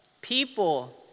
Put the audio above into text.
People